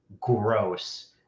gross